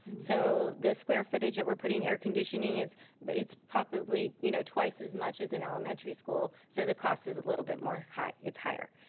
so the square footage that we're putting air conditioning, but it's probably you know twice as much as an elementary school, so the cost is a little bit more high, it's higher.